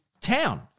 town